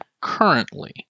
currently